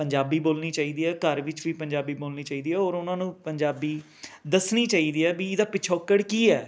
ਪੰਜਾਬੀ ਬੋਲਣੀ ਚਾਹੀਦੀ ਹੈ ਘਰ ਵਿੱਚ ਵੀ ਪੰਜਾਬੀ ਬੋਲਣੀ ਚਾਹੀਦੀ ਹੈ ਔਰ ਉਹਨਾਂ ਨੂੰ ਪੰਜਾਬੀ ਦੱਸਣੀ ਚਾਹੀਦੀ ਹੈ ਵੀ ਇਹਦਾ ਪਿਛੋਕੜ ਕੀ ਹੈ